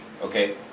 okay